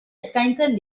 eskaintzen